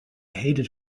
hated